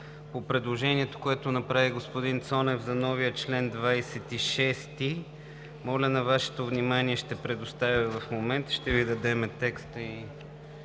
По предложението, което направи господин Цонев за новия чл. 26, на Вашето внимание ще предоставя в момента, ще Ви дадем написан